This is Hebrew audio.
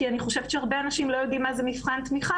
כי אני חושבת שהרבה אנשים לא יודעים מה זה מבחן תמיכה.